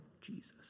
Jesus